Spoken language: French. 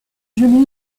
gelées